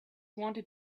wanted